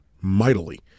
mightily